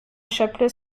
chapelet